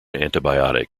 antibiotic